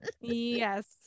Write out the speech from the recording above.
yes